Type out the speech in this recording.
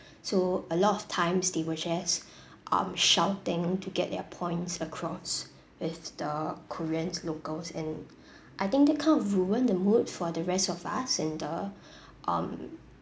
so a lot of times they were just um shouting to get their points across with the koreans locals and I think that kind of ruined the mood for the rest of us and the um